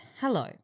Hello